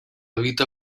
vita